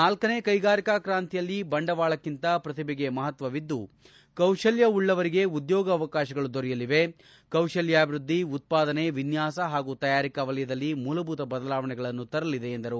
ನಾಲ್ಕನೇ ಕೈಗಾರಿಕಾ ಕ್ರಾಂತಿಯಲ್ಲಿ ಬಂಡವಾಳಕ್ಕಿಂತ ಪ್ರತಿಭೆಗೆ ಮಹತ್ವವಿದ್ದು ಕೌಶಲ್ಯ ಉಳ್ಳವರಿಗೆ ಉದ್ಯೋಗ ಅವಕಾಶಗಳು ದೊರೆಯಲಿವೆ ಕೌಶಲ್ಯಾಭಿವೃದ್ದಿ ಉತ್ಪಾದನೆ ವಿನ್ಯಾಸ ಹಾಗೂ ತಯಾರಿಕಾ ವಲಯದಲ್ಲಿ ಮೂಲಭೂತ ಬದಲಾವಣೆಗಳನ್ನು ತರಲಿದೆ ಎಂದರು